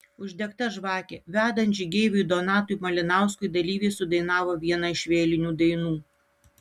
uždegta žvakė vedant žygeiviui donatui malinauskui dalyviai sudainavo vieną iš vėlinių dainų